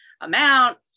amount